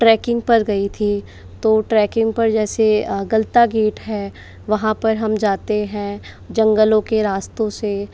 trekking पर गई थी तो ट्रैकिंग पर जैसे गलता गेट हैं वहाँ पर हम जाते हैं जंगलों के रास्ते से